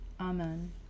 Amen